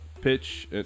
pitch